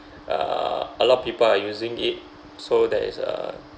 uh a lot of people are using it so there is a